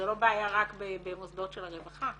זה לא בעיה רק במוסדות של הרווחה,